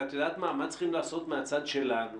מה צריכים לעשות מהצד שלנו